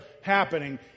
happening